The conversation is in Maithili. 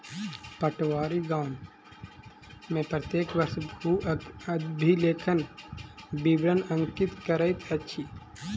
पटवारी गाम में प्रत्येक वर्ष भू अभिलेखक विवरण अंकित करैत अछि